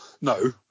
No